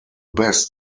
best